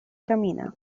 camina